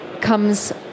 comes